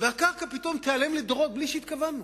והקרקע פתאום תיעלם לדורות בלי שהתכוונו,